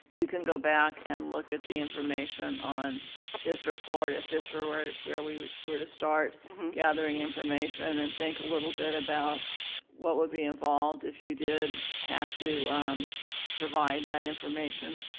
you can go back and look at the information on this report if this were where we were to start gathering information and think a little bit about what would be involved if you did have to provide that information.